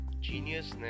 genius